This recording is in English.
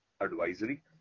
advisory